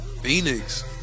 Phoenix